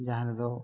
ᱡᱟᱦᱟᱸ ᱨᱮᱫᱚ